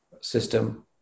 system